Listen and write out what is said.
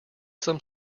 some